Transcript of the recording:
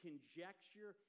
conjecture